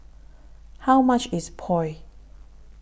How much IS Pho